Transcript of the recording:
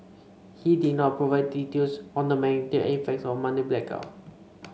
he did not provide details on the magnitude and effects of Monday blackout